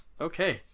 Okay